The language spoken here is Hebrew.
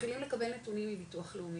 מתחילים לקבל נתונים מביטוח לאומי,